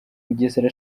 bugesera